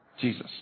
Jesus